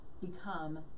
become